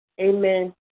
amen